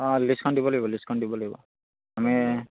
অঁ লিষ্টখন দিব লাগিব লিষ্টখন দিব লাগিব আমি